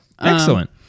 Excellent